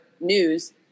news